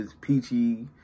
peachy